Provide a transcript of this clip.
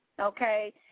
Okay